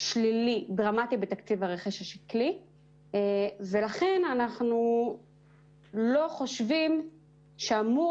שלילי דרמטי בתקציב הרכש השקלי ולכן אנחנו לא חושבים שאמורה